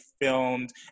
filmed